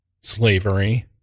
slavery